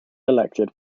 elected